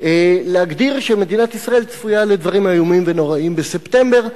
להגדיר שמדינת ישראל צפויה לדברים איומים ונוראים בספטמבר,